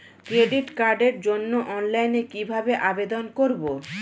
Credit কার্ডের জন্য অনলাইনে কিভাবে আবেদন করব?